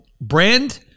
Brand